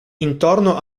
intorno